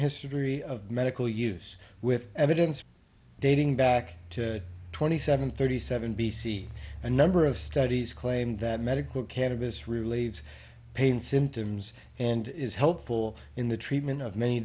history of medical use with evidence dating back to twenty seven thirty seven b c a number of studies claimed that medical cannabis relieves pain symptoms and is helpful in the treatment of many